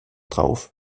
drauf